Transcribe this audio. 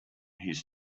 his